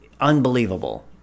unbelievable